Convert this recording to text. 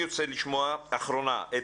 דוברת אחרונה,